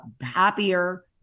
happier